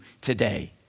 today